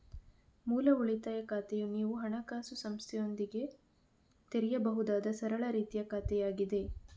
ಮೂಲ ಉಳಿತಾಯ ಖಾತೆಯು ನೀವು ಹಣಕಾಸು ಸಂಸ್ಥೆಯೊಂದಿಗೆ ತೆರೆಯಬಹುದಾದ ಸರಳ ರೀತಿಯ ಖಾತೆಯಾಗಿದೆ